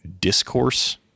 discourse